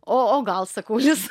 o o gal sakau lis